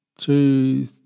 two